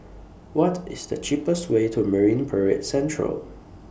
What IS The cheapest Way to Marine Parade Central